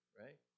right